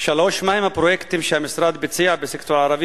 3. מהם הפרויקטים שהמשרד ביצע בסקטור הערבי